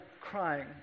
crying